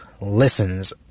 listens